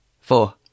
Four